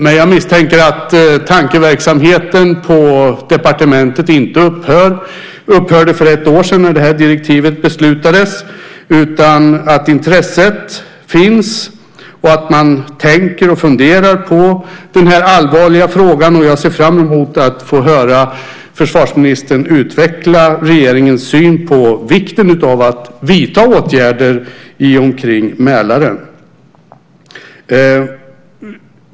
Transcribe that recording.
Men jag misstänker att tankeverksamheten på departementet inte upphörde för ett år sedan när direktivet beslutades utan att intresset finns och att man tänker och funderar på den här allvarliga frågan. Jag ser fram emot att få höra försvarsministern utveckla regeringens syn på vikten av att vidta åtgärder i fråga om Mälaren.